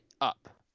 up